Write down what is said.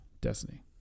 Destiny